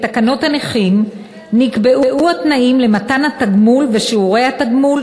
בתקנות הנכים נקבעו התנאים למתן התגמול ושיעורי התגמול,